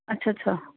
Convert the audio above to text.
ਅੱਛਾ ਅੱਛਾ